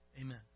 Amen